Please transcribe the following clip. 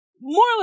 More